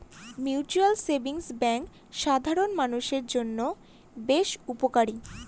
mutual savings bank সাধারন মানুষের জন্য বেশ উপকারী